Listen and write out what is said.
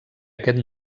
aquest